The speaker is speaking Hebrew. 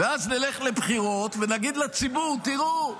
ואז נלך לבחירות ונגיד לציבור: תראו,